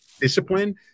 discipline